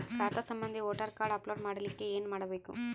ಖಾತಾ ಸಂಬಂಧಿ voter card upload ಮಾಡಲಿಕ್ಕೆ ಏನ ಮಾಡಬೇಕು?